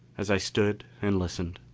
as i stood and listened,